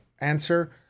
answer